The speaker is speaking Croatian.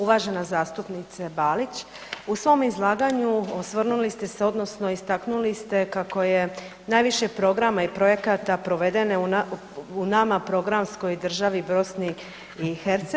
Uvažena zastupnice Balić, u svom izlaganju osvrnuli ste se odnosno istaknuli ste kako je najviše programa i projekata provedeno u nama programskoj državi BiH.